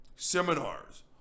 seminars